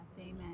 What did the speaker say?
Amen